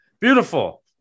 Beautiful